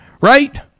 right